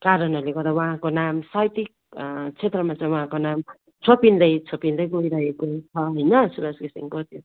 कारणहरूले गर्दा उहाँको नाम साहित्यिक क्षेत्रमा चाहिँ उहाँको नाम छोपिँदै छोपिँदै गइरहेको छ होइन सुवास घिसिङको